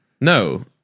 no